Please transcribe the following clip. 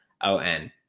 O-N